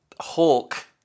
Hulk